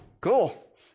cool